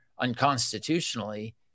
unconstitutionally